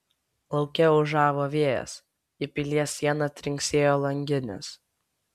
lauke ūžavo vėjas į pilies sieną trinksėjo langinės